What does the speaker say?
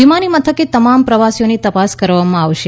વિમાની મથકે તમામ પ્રવાસીઓની તપાસ કરવામાં આવશે